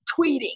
tweeting